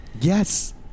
Yes